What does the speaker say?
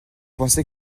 pensez